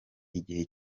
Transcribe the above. igihe